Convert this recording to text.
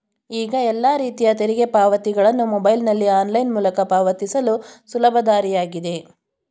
ಈಗ ಎಲ್ಲ ರೀತಿಯ ತೆರಿಗೆ ಪಾವತಿಗಳನ್ನು ಮೊಬೈಲ್ನಲ್ಲಿ ಆನ್ಲೈನ್ ಮೂಲಕ ಪಾವತಿಸಲು ಸುಲಭ ದಾರಿಯಾಗಿದೆ